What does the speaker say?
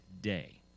day